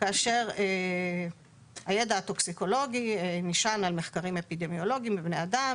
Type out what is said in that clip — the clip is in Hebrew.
כאשר הידע הטוקסיקולוגי נשען על מחקרים אפידמיולוגיים בבני אדם,